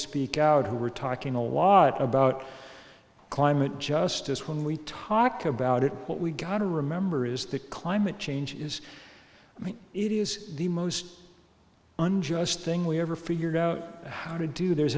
speak out who were talking a lot about climate justice when we talk about it what we gotta remember is that climate change is i mean it is the most unjust thing we ever figured out how to do there's